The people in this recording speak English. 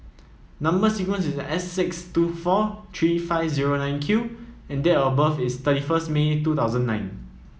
number sequence is S six two four three five zero nine Q and date of birth is thirty first May two thousand nine